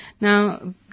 Now